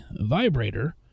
vibrator